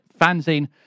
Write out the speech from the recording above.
fanzine